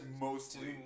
mostly